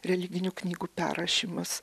religinių knygų perrašymas